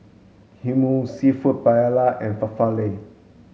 Hummus Seafood Paella and Falafel